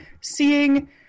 seeing